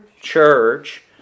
church